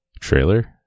trailer